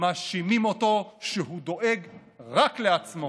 מאשימים אותו שהוא דואג רק לעצמו